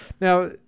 Now